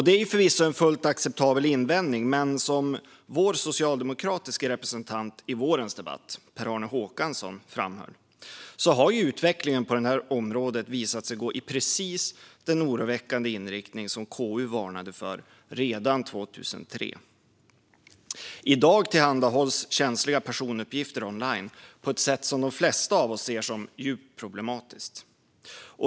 Det är förvisso en fullt acceptabel invändning, men som vår socialdemokratiske representant i vårens debatt, Per-Arne Håkansson, framhöll har utvecklingen på detta område visat sig gå i precis den oroväckande riktning som KU varnade för redan 2003. I dag tillhandahålls känsliga personuppgifter online på ett sätt som de flesta av oss ser som djupt problematiskt.